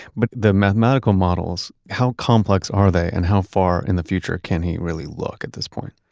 but the mathematical models, how complex are they and how far in the future can he really look at this point?